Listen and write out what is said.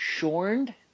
shorned